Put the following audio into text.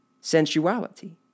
sensuality